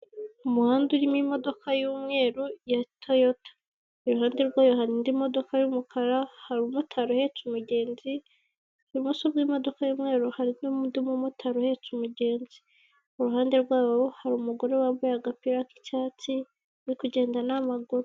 Umuhanda urimo imodoka y'umweru ya Toyota. Iruhande rwayo hari indi modoka y'umukara, hari umumotari uhetse umugenzi, ibumoso bw'imodoka y'umweru hari n'undi mumotari uhetse umugenzi iruhande rwabo hari n'umugore wambaaye agapira k'icyatsi uri kugenda n'amaguru.